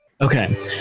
Okay